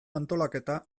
antolaketa